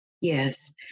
Yes